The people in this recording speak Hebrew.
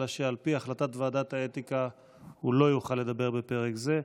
אלא שעל פי החלטת ועדת האתיקה הוא לא יוכל לדבר בפרק זה.